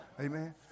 Amen